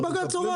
אז בג"ץ הורה.